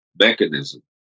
mechanism